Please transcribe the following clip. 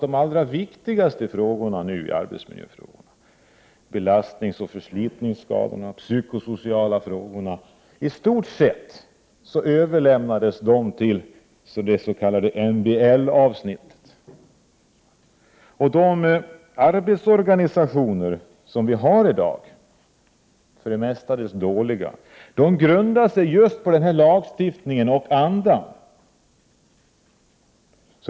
De allra viktigaste arbetsmiljöfrågorna, belastningsoch förslitningsskadorna samt de psykosociala frågorna överlämnades i stort sett till det s.k. MBL-avsnittet. De arbetsorganisationer som vi har i dag — för det mesta dåliga — grundar sig just på denna lagstiftning och denna anda.